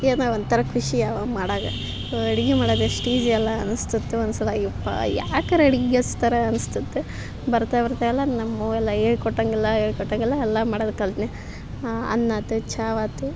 ಏನೋ ಒಂಥರ ಖುಷಿ ಅವಾಗ ಮಾಡಾಗ ಅಡಿಗೆ ಮಾಡೋದು ಎಷ್ಟು ಈಸಿ ಅಲ್ಲಾ ಅನ್ಸ್ತಿತ್ತು ಒಂದು ಸಲ ಯಬ್ಬಾ ಯಾಕರ ಅಡಿಗೆ ಹಚ್ತಾರ ಅನ್ಸ್ತಿತ್ತು ಬರ್ತಾ ಬರ್ತಾಯಲ್ಲ ನಮ್ಮವ್ವ ಆಲ್ಲ ಹೇಳ್ಕೊಟ್ಟಂಗಲ್ಲ ಹೇಳ್ಕೊಟ್ಟಂಗಲ್ಲ ಎಲ್ಲಾ ಮಾಡದನ್ನ ಕಲ್ತ್ನೆ ಅನ್ನ ಆತು ಚಾ ವಾತು